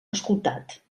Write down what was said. escoltat